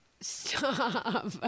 Stop